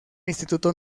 instituto